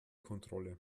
kontrolle